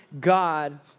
God